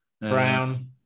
Brown